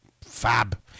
fab